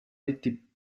detti